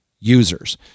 users